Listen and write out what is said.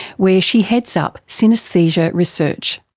where she heads up synaesthesia research.